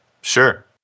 Sure